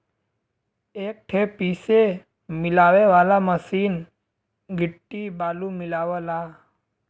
एक ठे पीसे मिलावे वाला मसीन गिट्टी बालू मिलावला